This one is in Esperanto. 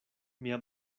mia